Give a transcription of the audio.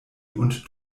und